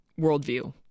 worldview